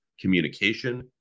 communication